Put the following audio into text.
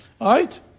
Right